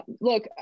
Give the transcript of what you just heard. look